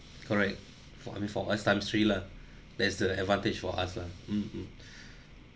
correct for him for us times three lah that's the advantage for us lah mm mm